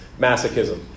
masochism